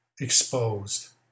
exposed